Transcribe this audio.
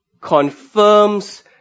confirms